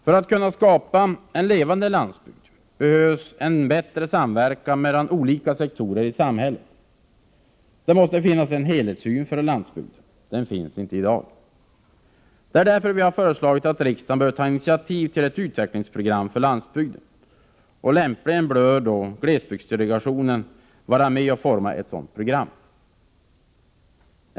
För att kunna skapa en levande landsbygd behöver vi en bättre samverkan mellan olika sektorer i samhället. Det måste finnas en helhetssyn för landsbygden. En sådan helhetssyn finns inte i dag. Det är därför som vi har föreslagit att riksdagen skall ta initiativ till ett utvecklingsprogram för landsbygden. Lämpligen bör glesbygdsdelegationen vara med och forma ett sådant program.